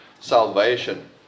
salvation